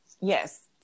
Yes